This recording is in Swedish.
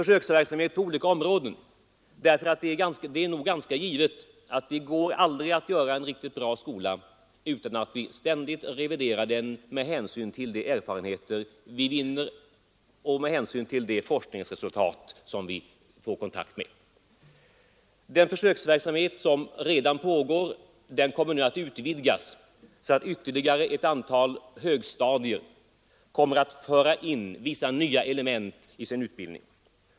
Försöksverksamhet har ägt rum på olika områden, ty det är givet att det icke är möjligt att göra en riktigt bra skola utan att revidera den med hänsyn till vunna erfarenheter och forskningsresultat. Den försöksverksamhet som redan pågår skall nu utvidgas så att ytterligare ett antal högstadier kommer att föra in vissa nya element i sin utbildning.